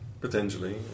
Potentially